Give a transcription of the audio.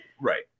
Right